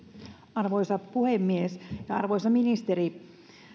arvoisa puhemies arvoisa ministeri